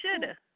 shoulda